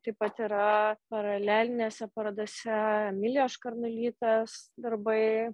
taip pat yra paralelinėse parodose emilijos škarnulytės darbai